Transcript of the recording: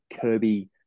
Kirby